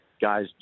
guys